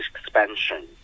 expansion